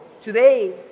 today